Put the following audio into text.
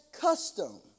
custom